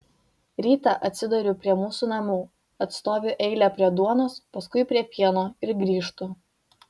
rytą atsiduriu prie mūsų namų atstoviu eilę prie duonos paskui prie pieno ir grįžtu